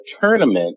tournament